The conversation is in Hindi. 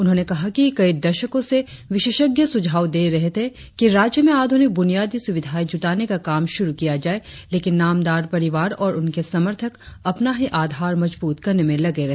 उन्होंने कहा कि कई दशको से विशेषज्ञ सुझाव दे रहे थे कि राज्य में आध्रनिक ब्रनियादी सुविधाए जुटाने का काम शुरु किया जाये लेकिन नामदार परिवार और उनके समर्थक अपना ही आधार मजबुत करने में लगे रहे